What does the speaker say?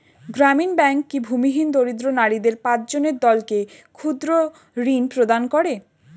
গ্রামীণ ব্যাংক কি ভূমিহীন দরিদ্র নারীদের পাঁচজনের দলকে ক্ষুদ্রঋণ প্রদান করে?